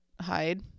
hide